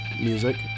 music